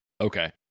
Okay